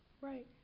Right